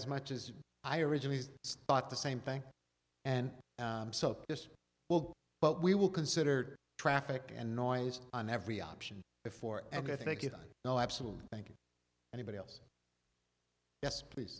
as much as i originally thought the same thing and so is well but we will considered traffic and noise on every option before and i think it i know absolutely thank you anybody else yes please